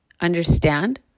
understand